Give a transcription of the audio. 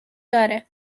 داره